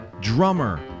drummer